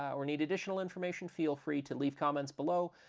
or need additional information, feel free to leave comments below,